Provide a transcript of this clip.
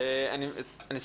אני שם את הכול על השולחן.